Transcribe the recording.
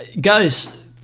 Guys